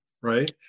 Right